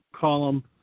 column